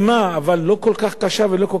אבל לא כל כך קשה ולא כל כך מסוכנת,